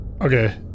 Okay